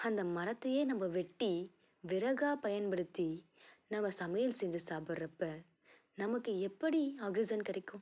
அந்த மரத்தையே நம்ம வெட்டி விறகாக பயன்படுத்தி நம்ம சமையல் செஞ்சு சாப்பிட்றப்ப நமக்கு எப்படி ஆக்சிஜன் கிடைக்கும்